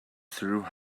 through